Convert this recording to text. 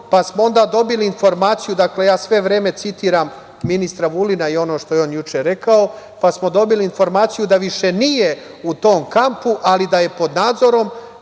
pa smo onda dobili informaciju, dakle sve vreme citiram ministra Vulina i ono što je on juče rekao, da više nije u tom kampu, ali da je pod nazorom,